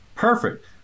perfect